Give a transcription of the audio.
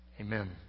Amen